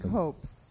hopes